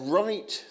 right